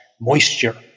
moisture